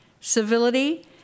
civility